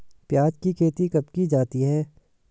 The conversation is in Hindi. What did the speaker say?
प्याज़ की खेती कब की जाती है?